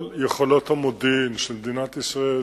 כל יכולות המודיעין של מדינת ישראל